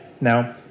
Now